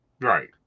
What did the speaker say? right